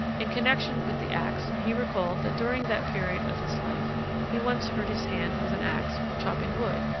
in connection with the ax he recalled that during that period of his life he once hurt his hand with an ax while chopping wood.